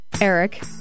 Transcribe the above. Eric